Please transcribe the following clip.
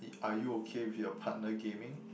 are you okay with your partner gaming